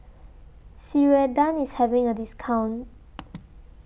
Ceradan IS having A discount